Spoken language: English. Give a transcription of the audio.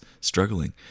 struggling